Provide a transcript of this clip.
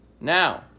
Now